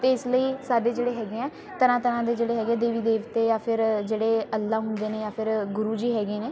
ਅਤੇ ਇਸ ਲਈ ਸਾਡੇ ਜਿਹੜੇ ਹੈਗੇ ਆ ਤਰ੍ਹਾਂ ਤਰ੍ਹਾਂ ਦੇ ਜਿਹੜੇ ਹੈਗੇ ਦੇਵੀ ਦੇਵਤੇ ਜਾਂ ਫਿਰ ਜਿਹੜੇ ਅੱਲ੍ਹਾ ਹੁੰਦੇ ਨੇ ਜਾਂ ਫਿਰ ਗੁਰੂ ਜੀ ਹੈਗੇ ਨੇ